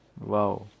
Wow